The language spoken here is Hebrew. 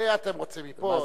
אתה רוצה מפה?